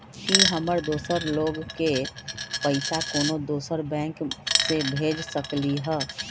कि हम दोसर लोग के पइसा कोनो दोसर बैंक से भेज सकली ह?